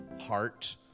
heart